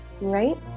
Right